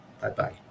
Bye-bye